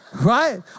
Right